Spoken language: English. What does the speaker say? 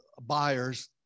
buyers